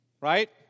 right